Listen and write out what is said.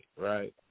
right